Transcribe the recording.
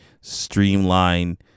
streamline